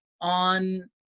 on